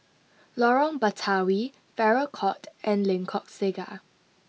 Lorong Batawi Farrer Court and Lengkok Saga